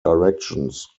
directions